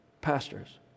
pastors